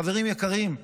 חברים יקרים,